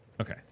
Okay